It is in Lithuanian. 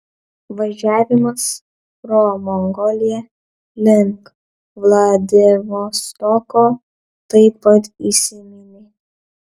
važiavimas pro mongoliją link vladivostoko taip pat įsiminė